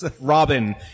Robin